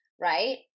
right